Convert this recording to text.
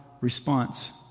response